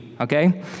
okay